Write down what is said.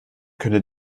könne